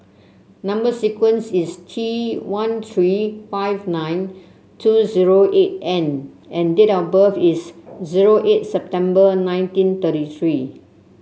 number sequence is T one three five nine two zero eight N and date of birth is zero eight September nineteen thirty three